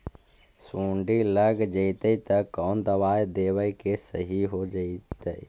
सुंडी लग जितै त कोन दबाइ देबै कि सही हो जितै?